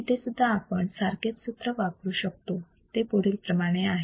इथेसुद्धा आपण सारखेच सूत्र वापरू शकतो ते पुढील प्रमाणे आहे